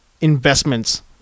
investments